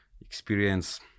experience